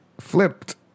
flipped